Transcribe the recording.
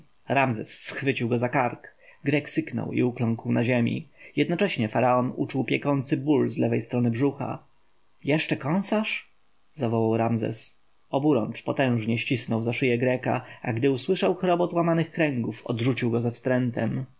ramzes schwycił go za kark grek syknął i ukląkł na ziemi jednocześnie faraon uczuł piekący ból z lewej strony brzucha jeszcze kąsasz zawołał ramzes oburącz potężnie ścisnął za szyję greka a gdy usłyszał chrobot łamanych kręgów odrzucił go ze wstrętem